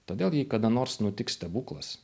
todėl jei kada nors nutiks stebuklas